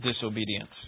disobedience